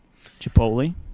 Chipotle